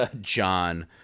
John